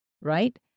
right